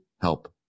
help